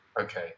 okay